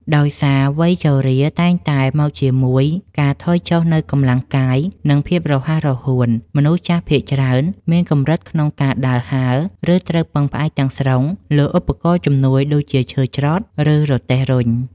ដោយសារវ័យជរាតែងតែមកជាមួយការថយចុះនូវកម្លាំងកាយ និងភាពរហ័សរហួន មនុស្សចាស់ភាគច្រើនមានកម្រិតក្នុងការដើរហើរ ឬត្រូវពឹងផ្អែកទាំងស្រុងលើឧបករណ៍ជំនួយដូចជាឈើច្រត់ ឬរទេះរុញ។